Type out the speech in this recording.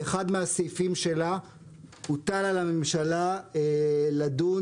באחד מהסעיפים שלה הוטל על הממשלה לדון